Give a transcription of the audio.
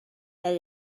that